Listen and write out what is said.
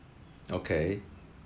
okay